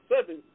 seven